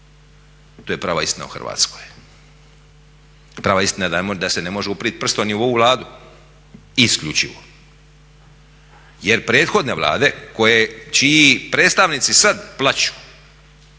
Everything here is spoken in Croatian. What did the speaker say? To je prava istina o Hrvatskoj, prava istina da se ne može uprijeti prstom ni u ovu Vladu isključivo jer prethodne vlade čiji predstavnici sada plaču